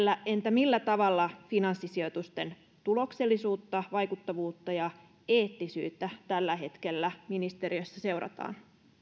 entä millä tavalla finanssisijoitusten tuloksellisuutta vaikuttavuutta ja eettisyyttä tällä hetkellä ministeriössä seurataan